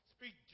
Speak